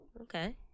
Okay